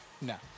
No